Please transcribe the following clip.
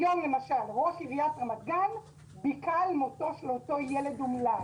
היום למשל ראש עיריית רמת גן ביכה את מותו של אותו ילד אומלל